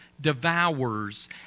devours